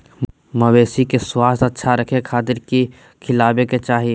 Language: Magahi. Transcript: मवेसी के स्वास्थ्य अच्छा रखे खातिर की खिलावे के चाही?